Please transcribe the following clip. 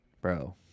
bro